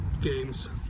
games